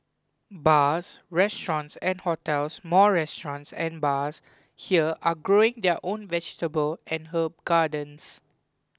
bars restaurants and hotels more restaurants and bars here are growing their own vegetable and herb gardens